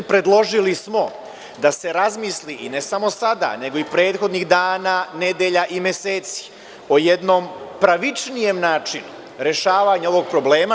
Predložili smo da se razmisli, i ne samo sada nego i prethodnih dana, nedelja i meseci, o jednom pravičnijom načinu rešavanja ovog problema.